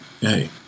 hey